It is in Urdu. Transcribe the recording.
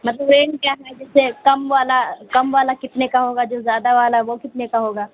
مطلب رینج کیا ہے جیسے کم والا کم والا کتنے کا ہوگا جو زیادہ والا ہے وہ کتنے کا ہوگا